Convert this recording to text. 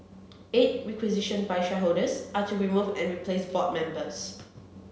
eight requisitioned by shareholders are to remove and replace board members